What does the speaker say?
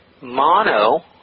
mono